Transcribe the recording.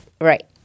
Right